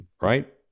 Right